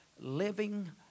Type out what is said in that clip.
living